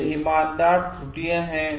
यह ईमानदार त्रुटियाँ हैं